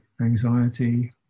anxiety